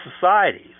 societies